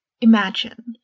imagine